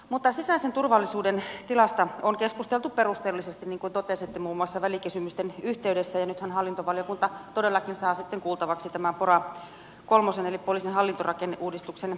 mutta sisäisen turvallisuuden tilasta on keskusteltu perusteellisesti niin kuin totesitte muun muassa välikysymysten yhteydessä ja nythän hallintovaliokunta todellakin saa sitten kuultavaksi tämän pora kolmosen eli poliisin hallintorakenneuudistuksen etenemisen